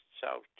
South